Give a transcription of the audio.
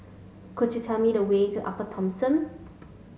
could you tell me the way to Upper Thomson